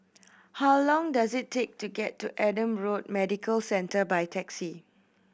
how long does it take to get to Adam Road Medical Centre by taxi